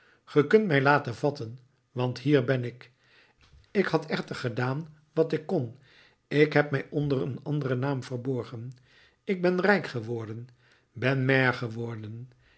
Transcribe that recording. ge kunt mij laten vatten want hier ben ik ik had echter gedaan wat ik kon ik heb mij onder een anderen naam verborgen ik ben rijk geworden ben maire geworden